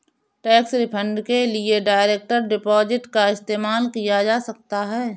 tax refund के लिए direct deposit का इस्तेमाल किया जा सकता हैं